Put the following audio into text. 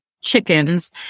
chickens